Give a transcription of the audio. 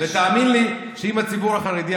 תאמין לי שאם הציבור החרדי,